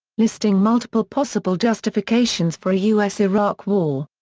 listing multiple possible justifications for a us-iraq war.